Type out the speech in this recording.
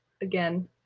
again